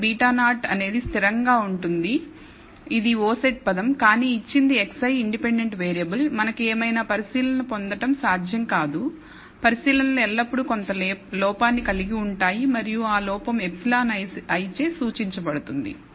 కాబట్టి β0 అనేది స్థిరంగా ఉంటుంది ఇది o సెట్ పదం కానీ ఇచ్చింది xi ఇండిపెండెంట్ వేరియబుల్ మనకు ఏవైనా పరిశీలనలు పొందడం సాధ్యం కాదు పరిశీలనలు ఎల్లప్పుడూ కొంత లోపాన్ని కలిగి ఉంటాయి మరియు ఆ లోపం εi చే సూచించబడుతుంది